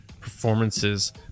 performances